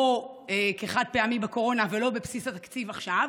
לא כחד-פעמי בקורונה ולא בבסיס התקציב עכשיו,